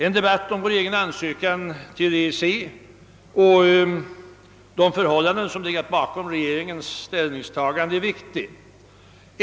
En debatt om vår egen ansökan till EEC och de förhållanden som legat bakom regeringens ställningstagande är viktig.